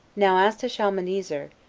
now as to shalmanezer,